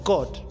God